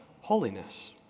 holiness